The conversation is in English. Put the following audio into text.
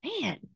man